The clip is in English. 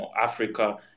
Africa